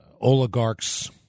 oligarchs